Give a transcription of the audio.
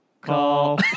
Call